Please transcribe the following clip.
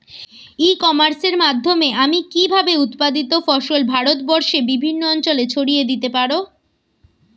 ই কমার্সের মাধ্যমে আমি কিভাবে উৎপাদিত ফসল ভারতবর্ষে বিভিন্ন অঞ্চলে ছড়িয়ে দিতে পারো?